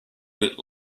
bit